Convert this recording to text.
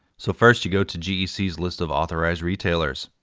so first you go to gecs list of authorized retailers.